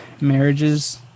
marriages